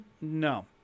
no